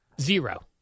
Zero